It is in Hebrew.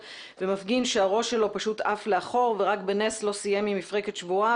ומפגין שהראש שלו פשוט עף לאחור ורק בנס לא סיים עם מפרקת שבורה,